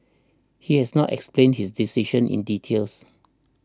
he has not explained his decision in details